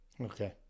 Okay